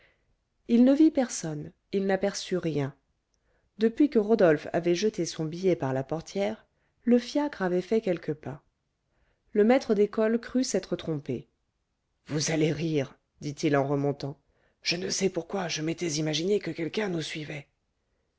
il ne vit personne il n'aperçut rien depuis que rodolphe avait jeté son billet par la portière le fiacre avait fait quelques pas le maître d'école crut s'être trompé vous allez rire dit-il en remontant je ne sais pourquoi je m'étais imaginé que quelqu'un nous suivait